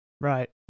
Right